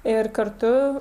ir kartu